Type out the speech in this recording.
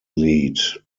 lead